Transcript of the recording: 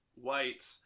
White